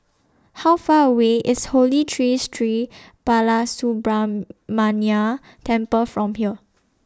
How Far away IS Holy Tree Sri Balasubramaniar Temple from here